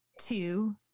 Two